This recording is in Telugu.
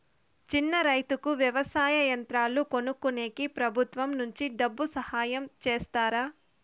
చిన్న రైతుకు వ్యవసాయ యంత్రాలు కొనుక్కునేకి ప్రభుత్వం నుంచి డబ్బు సహాయం చేస్తారా?